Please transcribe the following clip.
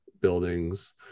buildings